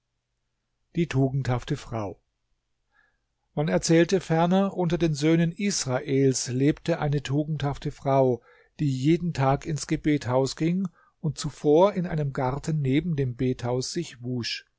die tugendhafte frau man erzählte ferner unter den söhnen israels lebte eine tugendhafte frau die jeden tag ins gebethaus ging und zuvor in einem garten neben dem bethaus sich wusch